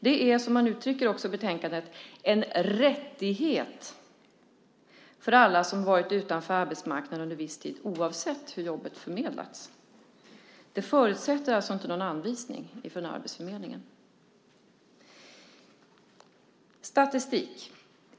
De är, som man också uttrycker det i betänkandet, en rättighet för alla som varit utanför arbetsmarkanden under viss tid, oavsett hur jobbet förmedlats. Det förutsätter alltså inte någon anvisning från arbetsförmedlingen. Jag ska ta lite statistik.